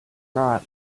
not